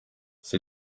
ese